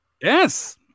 Yes